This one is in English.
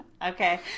Okay